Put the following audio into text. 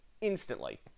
Instantly